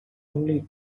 only